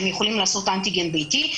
הם יכולים לעשות אנטיגן ביתי,